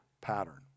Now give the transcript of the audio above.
pattern